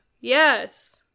yes